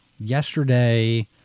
Yesterday